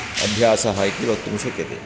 अभ्यासः इति वक्तुं शक्यते